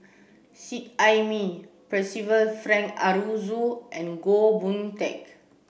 Seet Ai Mee Percival Frank Aroozoo and Goh Boon Teck